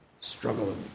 struggling